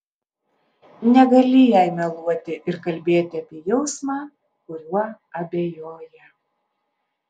negali jai meluoti ir kalbėti apie jausmą kuriuo abejoja